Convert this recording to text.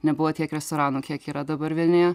nebuvo tiek restoranų kiek yra dabar vilniuje